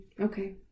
Okay